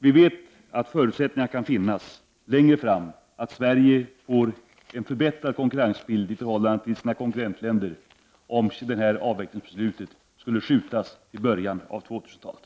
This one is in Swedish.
Vi vet att förutsättningar kan finnas längre fram för att Sverige skall få en förbättrad konkurrensbild i förhållande till sina konkurrentländer, om avvecklingsbeslutet skulle skjutas upp till början av 2000-talet.